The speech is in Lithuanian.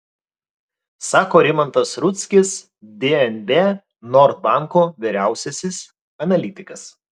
sako rimantas rudzkis dnb nord banko vyriausiasis analitikas